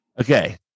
Okay